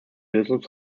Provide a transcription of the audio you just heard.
lösung